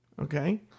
Okay